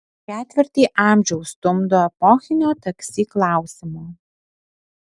ketvirtį amžiaus stumdo epochinio taksi klausimo